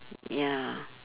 ya